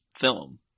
film